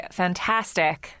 fantastic